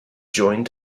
joined